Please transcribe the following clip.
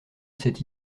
cette